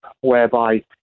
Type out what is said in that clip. whereby